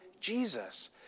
Jesus